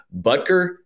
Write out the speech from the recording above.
Butker